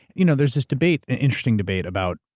you know, there's this debate, an interesting debate about.